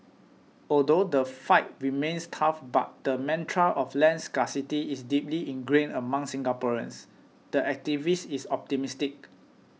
although the fight remains tough because the mantra of land scarcity is deeply ingrained among Singaporeans the activist is optimistic